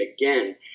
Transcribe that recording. again